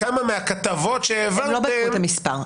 שכמה מהכתבות שהעברתם --- הם לא בדקו את המספר.